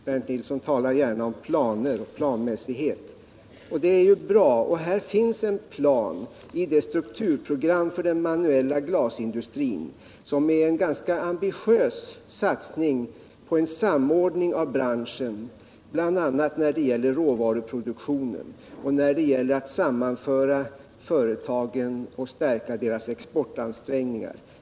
Bernt Nilsson talar gärna om planer och planmässighet. Det är ju bra. Det finns en plan i strukturprogrammet för den manuella glasindustrin, som är en ganska ambitiös satsning på en samordning av branschen när det gäller råvaruproduktionen och när det gäller att stärka företagens exportansträngningar.